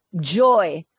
joy